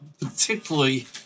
particularly